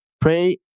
pray